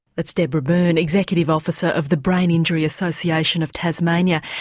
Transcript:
that's deborah byrne, executive officer of the brain injury association of tasmania.